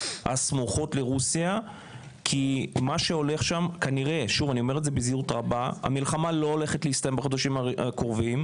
הסמוכות לרוסיה כי המלחמה כנראה לא הולכת להסתיים בחודשים הקרובים,